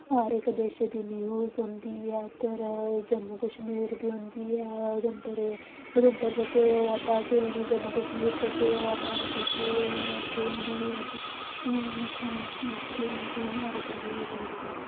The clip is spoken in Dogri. हर इक देशै दी न्यूज़ औंदी ऐ ते जम्मू कश्मीर औंदी ऐ उधमपुरै उधमपुर च केह् होआ दा केह् नेईं जम्मू कश्मीर च केह् होआ दा केह् नेईं अज्ज केह् होएया केह् नेईं अज्ज उत्थैं केह् होएया केह् नेईं हर इक बारे च न्यूज़ औंदी ऐ